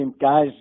guys